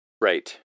right